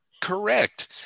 Correct